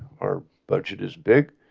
our budget is big.